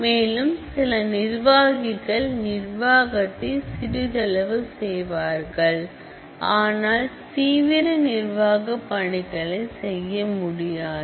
மேலும் சில நிர்வாகிகள் நிர்வாகத்தை சிறிதளவு செய்வார்கள் ஆனால் தீவிர நிர்வாக பணிகளைச் செய்ய முடியாது